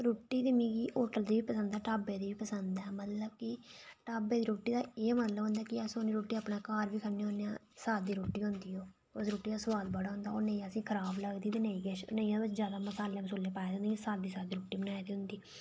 रुट्टी मिगी होटल दी बी पसंद ऐ ते ढाबे दा बी पसंद ऐ होटल ते ढाबै दी रुट्ठी दा एह् फर्क होंदा की रुट्टी अपने घर बी खन्ने होने आं सादी रुट्टी होंदी ओह् उस रुट्टियै दा सोआद बड़ा होंदा ते नेईं असेंगी खराब लगदी ते नेईं किश ते नेईं ओह्दे च जादा मसाले पाए दे होंदे इंया सिंपल रुट्टी बनाई दी होंदी